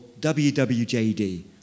WWJD